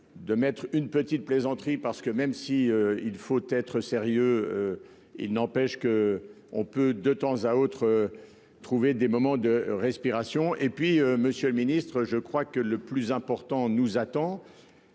De mettre une petite plaisanterie parce que même si il faut être sérieux. Il n'empêche que on peut de temps à autre. Trouver des moments de respiration et puis Monsieur le Ministre, je crois que le plus important nous attend.